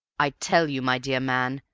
i tell you, my dear man,